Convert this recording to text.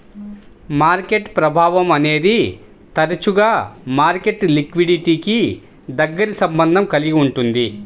market ప్రభావం అనేది తరచుగా మార్కెట్ లిక్విడిటీకి దగ్గరి సంబంధం కలిగి ఉంటుంది